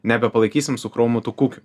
nebepalaikysim su chromu tų kukių